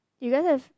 you guys have